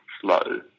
slow